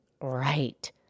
Right